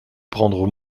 prendre